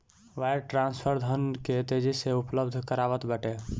wire transfer धन के तेजी से उपलब्ध करावत बाटे